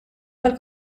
tal